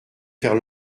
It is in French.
faire